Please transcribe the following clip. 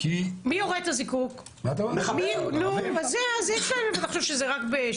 מברכים על דברי בנט על הר הבית.